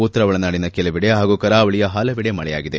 ಉತ್ತರ ಒಳನಾಡಿನ ಕೆಲವೆಡೆ ಹಾಗೂ ಕರಾವಳಿಯ ಹಲವೆಡೆ ಮಳೆಯಾಗಿದೆ